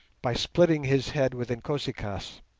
by splitting his head with inkosi-kaas.